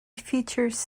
features